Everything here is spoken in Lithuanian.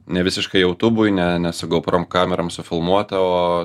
ne visiškai jautubui ne ne su gauprom kamerom sufilmuota o